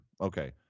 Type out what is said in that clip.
okay